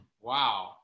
Wow